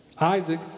Isaac